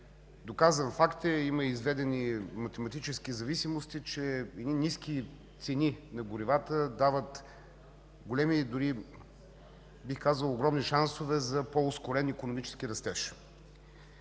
Доказан факт е, има изведени математически зависимости, че едни ниски цени на горивата дават големи, дори бих казал, огромни шансове за по-ускорен икономически растеж.